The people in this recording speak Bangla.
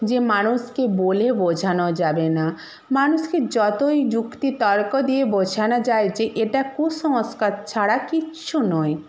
যে মানুষকে বলে বোঝানো যাবে না মানুষকে যতই যুক্তি তর্ক দিয়ে বোঝানো যায় যে এটা কুসংস্কার ছাড়া কিচ্ছু নয়